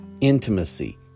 Intimacy